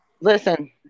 listen